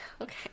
Okay